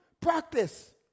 Practice